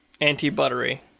Anti-buttery